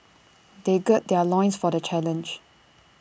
they gird their loins for the challenge